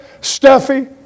stuffy